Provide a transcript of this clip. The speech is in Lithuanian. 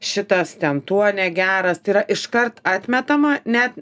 šitas ten tuo negeras tai yra iškart atmetama net